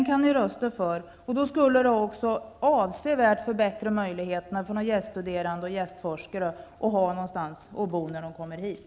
Om ni röstar för den, kommer möjligheterna att avsevärt förbättras för gäststuderande och gästforskare att hitta någonstans att bo när de kommer hit.